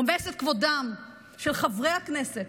רומס את כבודם של חברי הכנסת,